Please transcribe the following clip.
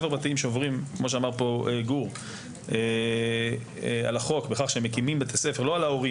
שעוברים על החוק בכך שהם מקימים בתי ספר לא חוקיים,